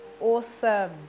Awesome